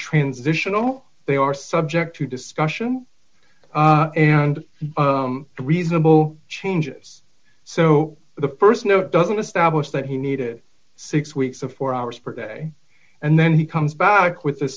transitional they are subject to discussion and reasonable changes so the st note doesn't establish that he needed six weeks of four hours per day and then he comes back with